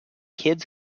kids